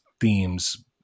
themes